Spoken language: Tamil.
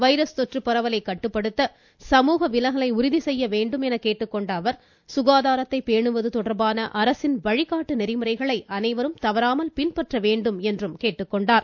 வைரஸ் தொற்று பரவலை கட்டுப்படுத்த சமூக விலகலை உறுதி செய்ய வேண்டும் என தெரிவித்த அவர் சுகாதாரத்தை பேணுவது தொடர்பான அரசின் வழிகாட்டு நெறிமுறைகளை அனைவரும் தவறாமல் பின்பற்ற வேண்டும் என கேட்டுக்கொண்டார்